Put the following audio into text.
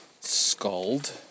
Scald